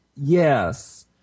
Yes